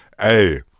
Hey